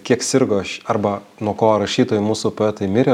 kiek sirgo arba nuo ko rašytojai mūsų poetai mirė